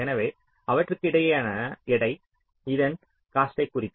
எனவே அவற்றுக்கிடையேயான எடை இதன் காஸ்ட்டைக் குறிக்கும்